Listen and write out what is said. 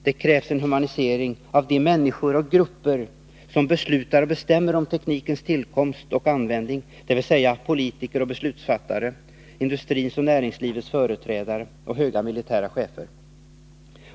Det krävs en humanisering av de människor och grupper som beslutar och bestämmer om teknikens tillkomst och användning, dvs. politiker och beslutsfattare, industrins och näringslivets företrädare samt höga militära chefer.